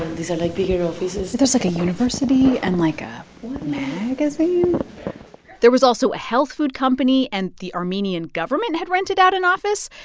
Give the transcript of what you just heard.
and then these are, like, bigger offices there's, like, a university and, like, a magazine there was also a health food company, and the armenian government had rented out an office.